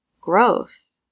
growth